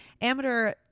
Amateur